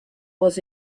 was